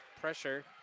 pressure